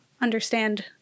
understand